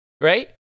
right